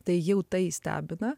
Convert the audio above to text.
tai jau tai stebina